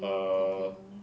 err